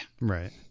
right